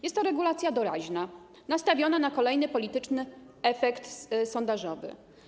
Jest to regulacja doraźna, nastawiona na kolejny polityczny efekt sondażowy.